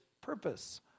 purpose